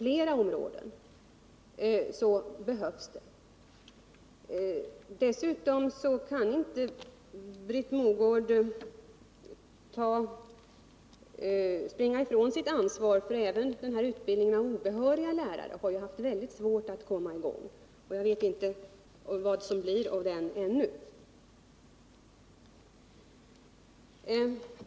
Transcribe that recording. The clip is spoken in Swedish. Här behövs det fler lärare! Britt Mogård kan inte springa ifrån sitt ansvar. Även utbildningen av obehöriga lärare har haft mycket svårt att komma i gång, och man vet ännu inte vad det blir för resultat.